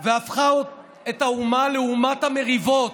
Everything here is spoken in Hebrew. והפכה את האומה לאומת המריבות,